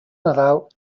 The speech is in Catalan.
nadal